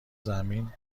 زمان